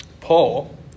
Paul